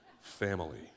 family